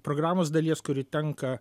programos dalies kuri tenka